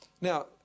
Now